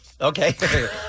Okay